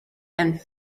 and